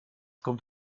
kommt